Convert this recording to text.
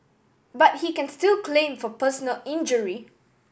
but he can still claim for personal injury